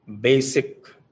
basic